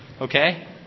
Okay